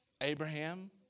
Abraham